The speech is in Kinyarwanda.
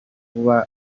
kuba